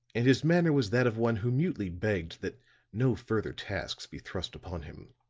and his manner was that of one who mutely begged that no further tasks be thrust upon him.